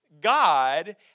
God